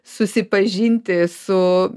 susipažinti su